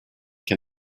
can